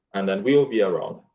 and and we will be around,